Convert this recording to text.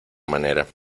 manera